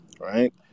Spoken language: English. right